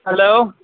hello